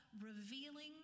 revealing